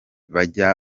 bajya